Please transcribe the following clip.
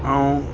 ऐं